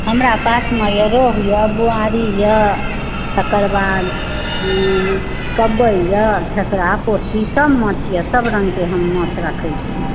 हमरा पासमे रोहु यऽ बोआरि यऽ तकर बाद कवइ यऽ खेसरा पोठहि सब माछ यऽ सब रङ्गके हम माछ राखै छी